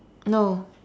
no